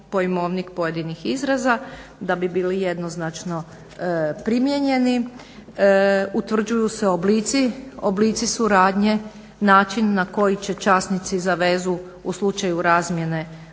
pojmovnik pojedinih izraza da bi bili jednoznačno primijenjeni. Utvrđuju se oblici, oblici suradnje, način na koji će časnici za vezu u slučaju razmjene raditi.